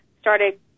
started